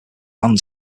land